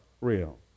real